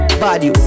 body